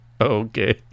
Okay